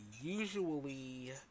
usually